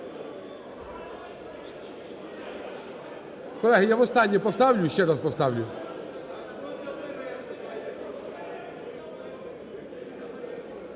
Колеги, я востаннє поставлю, ще раз поставлю.